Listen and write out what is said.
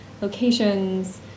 locations